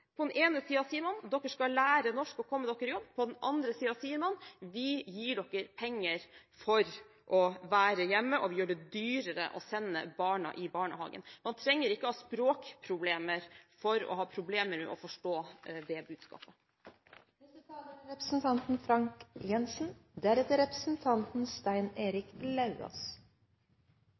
På den ene siden sier man: Dere skal lære norsk og komme dere i jobb. På den andre siden sier man: Vi gir dere penger for å være hjemme, og vi gjør det dyrere å sende barna i barnehagen. Man trenger ikke å ha språkproblemer for å ha problemer med å forstå det budskapet. Det er veldig mange mennesker som er